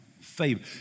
favor